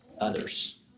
others